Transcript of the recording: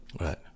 Right